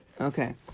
Okay